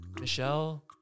Michelle